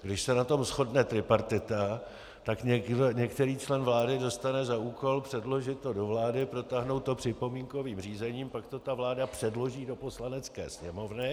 Když se na tom shodne tripartita, tak některý člen vlády dostane za úkol předložit to do vlády, protáhnout to připomínkovým řízením, pak to vláda předloží do Poslanecké sněmovny.